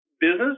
business